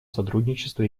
сотрудничества